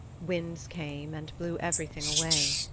winds came and blew everything away.